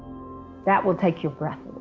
that would take your breath